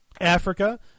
Africa